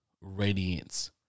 radiance